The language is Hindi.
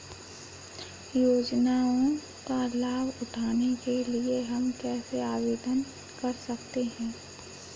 योजनाओं का लाभ उठाने के लिए हम कैसे आवेदन कर सकते हैं?